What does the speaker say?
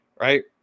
right